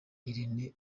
irene